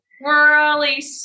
whirly